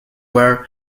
wear